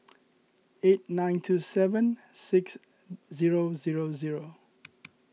eight nine two seven six zero zero zero